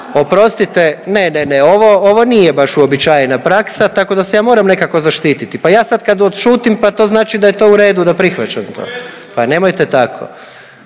… Ne, ne, ne. Ovo nije baš uobičajena praksa tako da se ja moram nekako zaštititi. Pa ja sada kad odšutim pa to znači da je to u redu, da prihvaćam to. … /Upadica